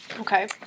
Okay